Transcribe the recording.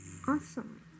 Awesome